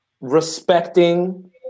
respecting